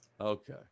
Okay